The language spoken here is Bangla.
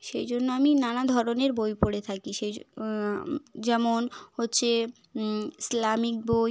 সেই জন্য আমি নানা ধরনের বই পড়ে থাকি সেই যেমন হচ্ছে ইসলামিক বই